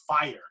fire